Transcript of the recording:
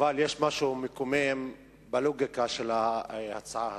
אבל יש משהו מקומם בלוגיקה של ההצעה הזאת.